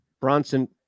Bronson